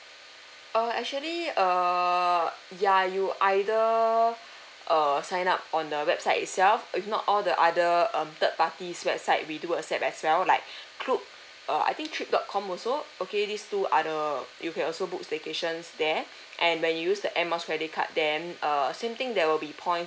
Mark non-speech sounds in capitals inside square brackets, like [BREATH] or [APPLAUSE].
uh actually err ya you either err sign up on the website itself if not all the other um third party's website we do accept as well like [BREATH] klook uh I think trip dot com also okay these two are the you can also book staycations there and when you use the air miles credit card then err same thing there will be points